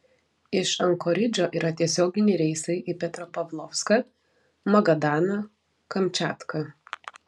iš ankoridžo yra tiesioginiai reisai į petropavlovską magadaną kamčiatką